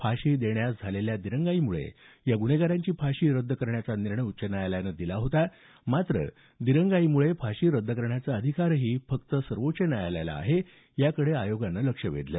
फाशी देण्यात झालेल्या दिरंगाईमुळे या ग्रन्हेगारांची फाशी रद्द करण्याचा निर्णय उच्च न्यायालयानं दिला होता मात्र दिरंगाईमुळे फाशी रद्द करण्याचा अधिकार फक्त सर्वोच्च न्यायालयाला आहे याकडे आयोगानं लक्ष वेधलं